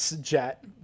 jet